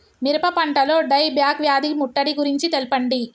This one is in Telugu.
మిరప పంటలో డై బ్యాక్ వ్యాధి ముట్టడి గురించి తెల్పండి?